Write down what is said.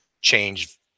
change